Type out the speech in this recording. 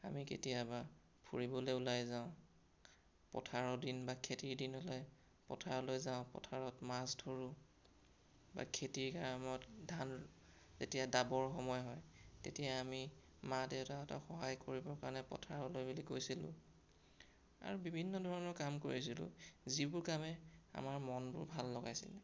আমি কেতিয়াবা ফুৰিবলৈ ওলাই যাওঁ পথাৰৰ দিন বা খেতিৰ দিন হ'লে পথাৰলৈ যাওঁ পথাৰত মাছ ধৰোঁ বা খেতিৰ কামত ধান যেতিয়া দাবৰ সময় হয় তেতিয়া আমি মা দেউতাহঁতক সহায় কৰিবৰ কাৰণে পথাৰলৈ বুলি গৈছিলোঁ আৰু বিভিন্ন ধৰণৰ কাম কৰিছিলোঁ যিবোৰ কামে আমাৰ মনবোৰ ভাল লগাইছিলে